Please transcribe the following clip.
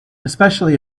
especially